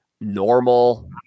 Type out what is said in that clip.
normal